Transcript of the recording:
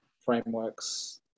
frameworks